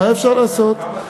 מה אפשר לעשות,